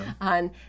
on